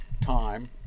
time